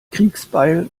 kriegsbeil